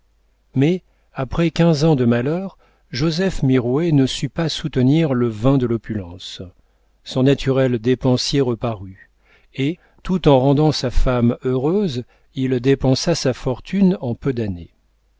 mais après quinze ans de malheur joseph mirouët ne sut pas soutenir le vin de l'opulence son naturel dépensier reparut et tout en rendant sa femme heureuse il dépensa sa fortune en peu d'années